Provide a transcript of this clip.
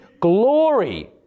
glory